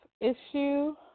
issue